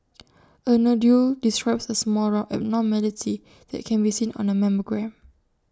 A nodule describes A small round abnormality that can be seen on A mammogram